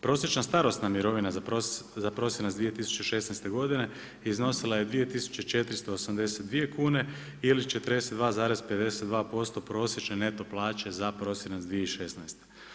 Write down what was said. Prosječna starosna mirovina za prosinac 2016. godine iznosila je 2482 kune ili 42,52% prosječne neto plaće za prosinac 2016.